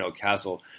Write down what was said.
Castle